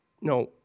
no